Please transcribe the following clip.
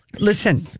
Listen